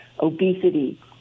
obesity